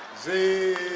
the